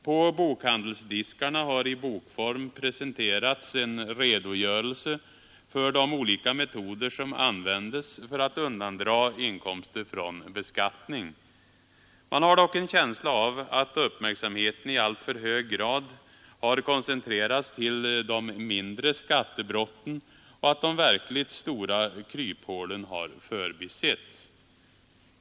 På bokhandelsdiskarna har det i bokform presenterats en redogörelse för de olika metoder som använts för att undandra inkomster från beskattning. Man har dock en känsla av att uppmärksamheten i alltför hög grad har koncentrerats till de mindre skattebrotten och att de verkligt stora kryphålen har förbisetts.